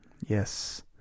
Yes